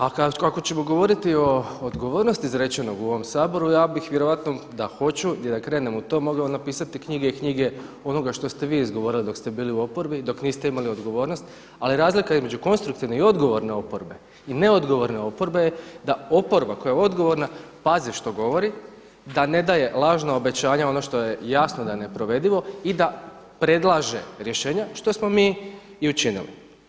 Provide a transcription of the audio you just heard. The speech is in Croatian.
A ako ćemo govoriti o odgovornosti izrečenog u ovom Saboru ja bih vjerojatno da hoću i da krenem u to mogao napisati knjige i knjige onoga što ste vi izgovorili dok ste bili u oporbi i dok niste imali odgovornost ali razlika između konstruktivne i odgovorne oporbe i neodgovorne oporbe je da oporba koja je odgovorna pazi što govori, da ne daje lažna obećanja ono što je jasno da je neprovedivo i da predlaže rješenja što smo mi i učinili.